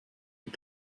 und